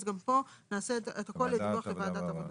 אז גם פה נעשה את הכל בדיווח לוועדת העבודה.